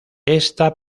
esta